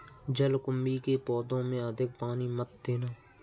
जलकुंभी के पौधों में अधिक पानी मत देना